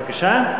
בבקשה?